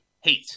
hate